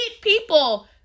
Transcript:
people